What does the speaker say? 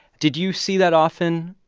did you see that often,